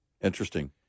Interesting